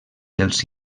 dels